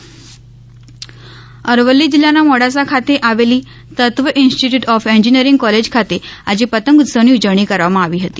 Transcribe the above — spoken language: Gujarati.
અરવલ્લી પંતોગોત્સવ અરવલ્લી જિલ્લાના મોડાસા ખાતે આવેલી Tatva institute of engineering college ખાતે આજે પંતગ ઉત્સવની ઉજવણી કરવામાં આવી હતી